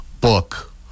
book